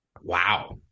Wow